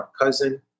cousin